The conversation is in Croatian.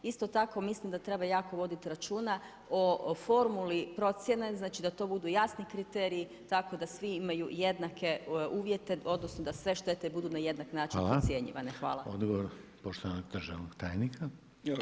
Isto tako, mislim da treba jako voditi računa, o formuli procjene, znači da to budu jasni kriteriji, tako da svi imaju jednake uvjete, odnosno, da sve štete budu na jednak način podcjenjivanje.